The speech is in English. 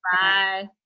Bye